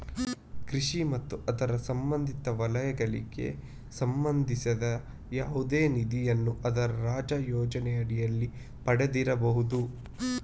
ಕೃಷಿ ಮತ್ತು ಅದರ ಸಂಬಂಧಿತ ವಲಯಗಳಿಗೆ ಸಂಬಂಧಿಸಿದ ಯಾವುದೇ ನಿಧಿಯನ್ನು ಅದರ ರಾಜ್ಯ ಯೋಜನೆಯಡಿಯಲ್ಲಿ ಪಡೆದಿರಬಹುದು